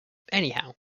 anyhow